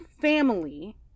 family